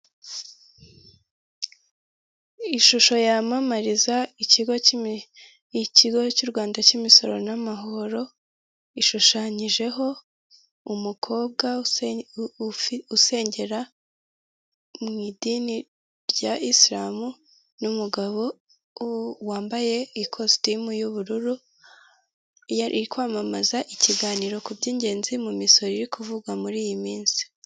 Ishusho yamamariza ikigo cy'u rwanda cy'imisoro n'amahoro ishushanyijeho umukobwa usengera mu idini rya isilamu n'umugabo wambaye ikositimu y'ubururu yari kwamamaza ikiganiro ku by'ingenzi mu misoro irimo kuvugagwa muri iyi minsi.